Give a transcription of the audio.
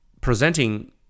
presenting